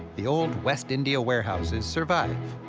the old west india warehouses survive.